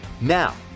Now